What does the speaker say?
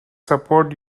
support